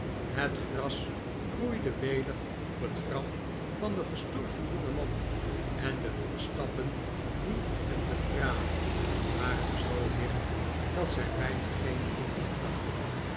het gras groeide welig op het graf van den gestorven jongeman en de voetstappen die het betraden waren zoo licht dat zij bijna geen bloempje knakten